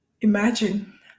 Imagine